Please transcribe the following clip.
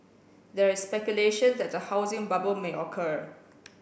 there is speculation that the housing bubble may occur